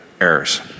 errors